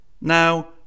now